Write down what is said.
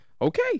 Okay